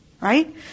Right